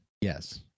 Yes